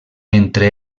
entre